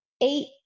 eight